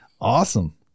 Awesome